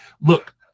Look